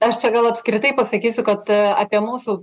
aš čia gal apskritai pasakysiu kad apie mūsų